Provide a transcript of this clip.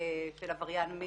של עבריין מין,